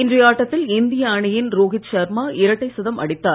இன்றைய ஆட்டத்தில் இந்திய அணியின் ரோஹித் சர்மா இரட்டை சதம் அடித்தார்